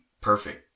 perfect